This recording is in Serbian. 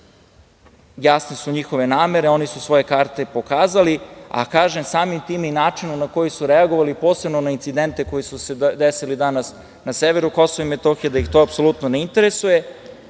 jasne njihove namere. Oni su svoje karte pokazali, a kažem samim tim i načinom na koji su reagovali posebno na incidente koji su se desili danas na severu Kosova i Metohije, da ih to apsolutno ne interesuje.